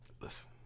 Listen